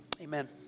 Amen